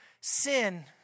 sin